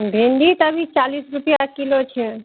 भिन्डी तऽ अभी चालिस रुपैआ किलो छै